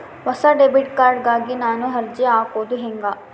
ಹೊಸ debit card ಗಾಗಿ ನಾನು ಅರ್ಜಿ ಹಾಕೊದು ಹೆಂಗ?